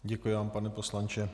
Děkuji vám, pane poslanče.